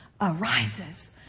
arises